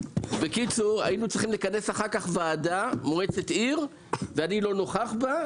בקיצור היינו צריכים לכנס אחר כך וועדה מועצת עיר ואני לא נוכח בה,